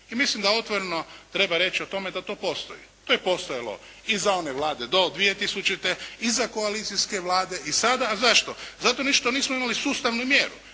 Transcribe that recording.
I mislim da otvoreno treba reći o tome da to postoji. To je postojalo i za one Vlade do 2000., i za one koalicijske Vlade i sada. A zašto? Zato što nismo imali socijalnu mjeru.